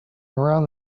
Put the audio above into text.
around